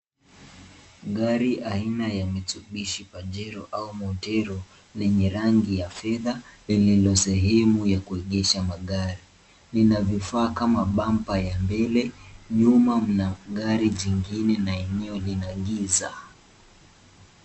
Gari aina ya Mitsubishi Pajero au motiru lenye rangi ya fedha lililosehemu ya kuegesha magari linavifaa kama bamba ya mbele nyuma mna gari jengine na eneo lina giza.